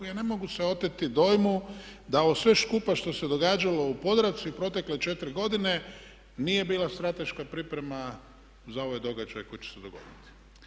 Ja ne mogu se oteti dojmu da sve ovo skupa što se događalo u Podravci u protekle 4 godine nije bila strateška priprema za ovaj događaj koji će se dogoditi.